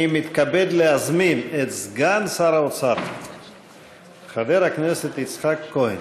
אני מתכבד להזמין את סגן שר האוצר חבר הכנסת יצחק כהן.